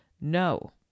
no